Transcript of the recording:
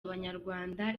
abanyarwanda